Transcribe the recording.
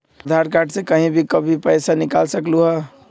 आधार card से कहीं भी कभी पईसा निकाल सकलहु ह?